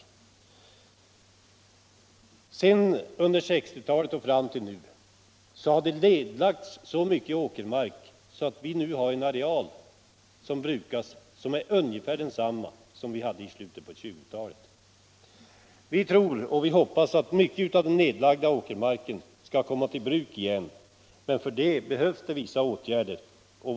Under 1960-talet och fram till nu har så mycket åkermark nedlagts att den areal som f. n. brukas är ungefär lika stor som i slutet av 1920-talet. Vi hoppas och tror att mycket av den nedlagda åkermarken skall komma i bruk igen, men för det behövs vissa åtgärder.